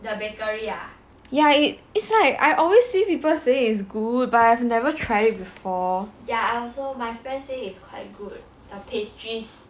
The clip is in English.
ya it it's like I always see people say is good but I've never try before